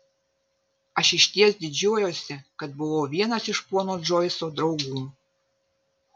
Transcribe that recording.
aš išties didžiuojuosi kad buvau vienas iš pono džoiso draugų